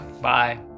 Bye